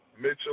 Mitchell